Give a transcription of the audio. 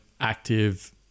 active